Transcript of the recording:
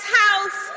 house